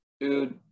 Dude